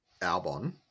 Albon